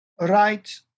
right